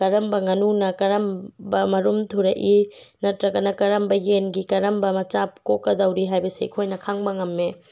ꯀꯔꯝꯕ ꯉꯥꯅꯨꯅ ꯀꯔꯝꯕ ꯃꯔꯨꯝ ꯊꯨꯔꯛꯏ ꯅꯠꯇ꯭ꯔꯒꯅ ꯀꯔꯝꯕ ꯌꯦꯟꯒꯤ ꯀꯔꯝꯕ ꯃꯆꯥ ꯀꯣꯛꯀꯗꯧꯔꯤ ꯍꯥꯏꯕꯁꯦ ꯑꯩꯈꯣꯏꯅ ꯈꯪꯕ ꯉꯝꯃꯤ